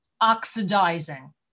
oxidizing